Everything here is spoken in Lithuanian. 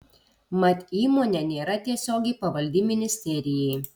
mat įmonė nėra tiesiogiai pavaldi ministerijai